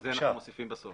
את זה אנחנו מוסיפים בסוף.